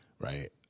right